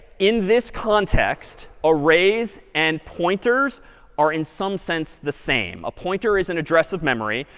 in this context, arrays and pointers are in some sense the same. a pointer is an address of memory.